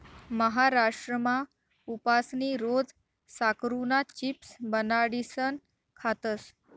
महाराष्ट्रमा उपासनी रोज साकरुना चिप्स बनाडीसन खातस